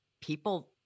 people